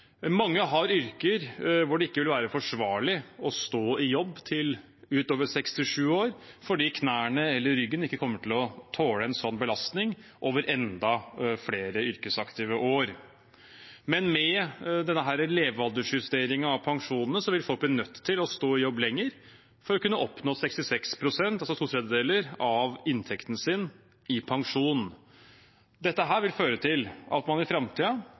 Mange har yrker hvor det ikke vil være forsvarlig å stå i jobb utover 67 år, fordi knærne eller ryggen ikke kommer til å tåle en slik belastning over enda flere yrkesaktive år. Med denne levealdersjusteringen av pensjonene vil folk bli nødt til å stå i jobb lenger for å kunne oppnå 66 pst., altså to tredjedeler, av inntekten sin i pensjon. Dette vil føre til at man i